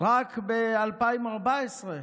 רק ב-2014.